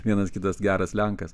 vienas kitas geras lenkas